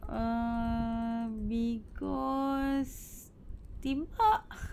err because tembak